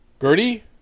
Gertie